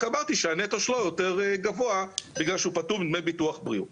רק אמרתי שהנטו שלו יותר גבוה בגלל שהוא פטור מדמי ביטוח בריאות.